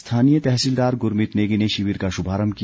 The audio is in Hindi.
स्थानीय तहसीलदार गुरमीत नेगी ने शिविर का शुभारम्भ किया